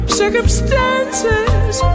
circumstances